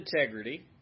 integrity